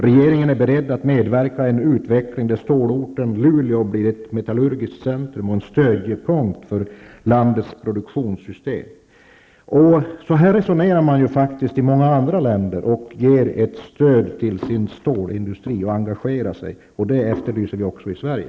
Regeringen är beredd att medverka till en utveckling där stålorten Luleå blir ett metallurgiskt centrum och en stödjepunkt för landets produktionssystem. Så här resonerar man faktiskt i många andra länder och engagerar sig i och ger stöd till sin stålindustri. Det efterlyser vi också i Sverige.